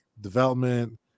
development